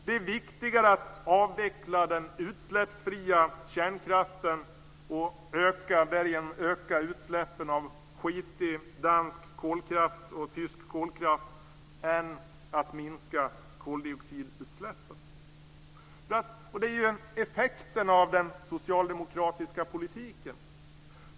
Det är viktigare att avveckla den utsläppsfria kärnkraften och därigenom öka utsläppen från skitig dansk och tysk kolkraft än att minska koldioxidutsläppen. Det är effekten av den socialdemokratiska politiken.